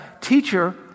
teacher